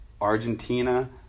argentina